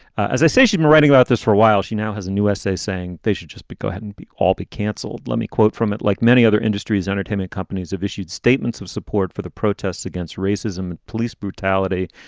as i say, she's been writing about this for a while. she now has a new essay saying they should just go ahead and be all be canceled. let me quote from it. like many other industries, entertainment companies have issued statements of support for the protests against racism, and police brutality.